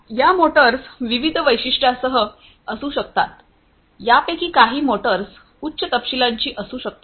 या मोटर्स विविध वैशिष्ट्यांसह असू शकतात यापैकी काही मोटर्स उच्च तपशीलांची असू शकतात